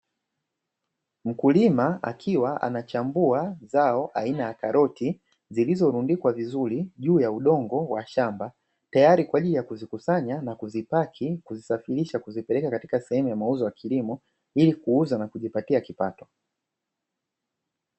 Mkulima akiwa anachambua zao aina ya karoti zilizorundikwa vizuri juu ya udongo wa shamba, tayari kwa ajili ya kuzikusanya na kuzipaki kuzisafirisha kuzipeleka katika sehemu ya mauzo ya kilimo ili kuuza na kujipatia kipato.